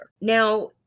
Now